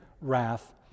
wrath